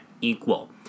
equal